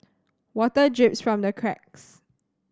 water drips from the cracks